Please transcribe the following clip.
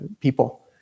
people